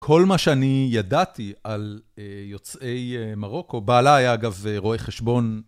כל מה שאני ידעתי על יוצאי מרוקו, בעלה היה אגב רואה חשבון.